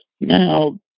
Now